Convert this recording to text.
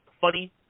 funny